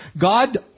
God